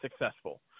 successful